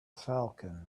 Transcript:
falcon